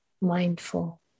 mindful